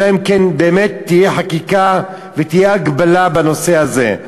אלא אם כן באמת תהיה חקיקה ותהיה הגבלה בנושא הזה.